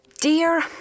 dear